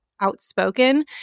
outspoken